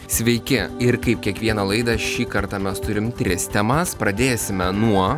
sveiki ir kaip kiekvieną laidą šį kartą mes turim tris temas pradėsime nuo